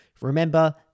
Remember